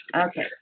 Okay